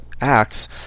acts